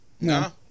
No